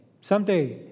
someday